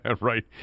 Right